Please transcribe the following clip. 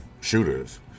shooters